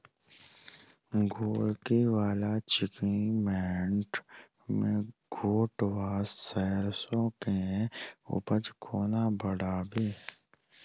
गोरकी वा चिकनी मैंट मे गोट वा सैरसो केँ उपज कोना बढ़ाबी?